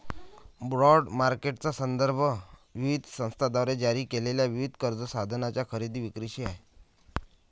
bond मार्केटचा संदर्भ विविध संस्थांद्वारे जारी केलेल्या विविध कर्ज साधनांच्या खरेदी विक्रीशी आहे